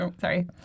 sorry